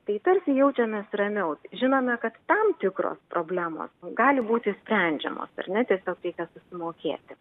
tai tarsi jaučiamės ramiau žinome kad tam tikros problemos gali būti sprendžiamos ar ne tiesiog reikia susimokėti